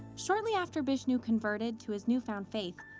shortly after bishnu converted to his newfound faith,